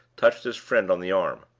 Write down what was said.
touched his friend on the arm.